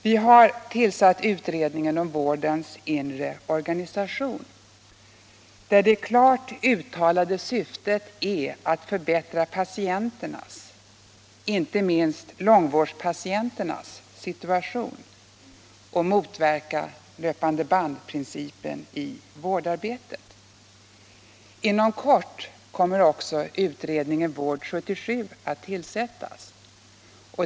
Vi har tillsatt utredningen om vårdens inre organisation, där det klart uttalade syftet är att förbättra patienternas — inte minst långvårdspatienternas — situation och motverka ”löpande-band-principen” i vårdarbetet. Inom kort kommer också utredningen Vård 77 att tillsättas.